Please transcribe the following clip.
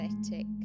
aesthetic